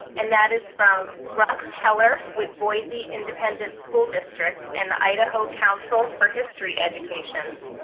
and that is from russ heller with boise independent school district and the idaho council for history education.